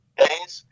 days